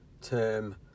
term